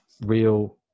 real